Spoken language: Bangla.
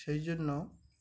সেই জন্য